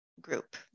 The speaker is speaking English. group